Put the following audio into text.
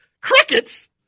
Crickets